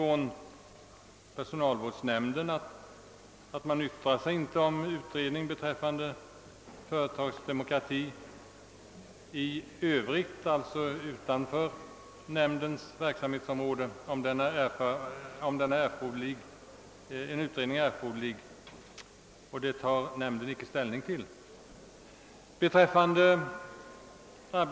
Personalvårdsnämnden framhåller dock att nämnden inte tar ställning till frågan, huruvida en utredning utanför nämndens verksamhetsområde är erforderlig.